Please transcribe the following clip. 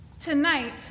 Tonight